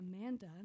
Amanda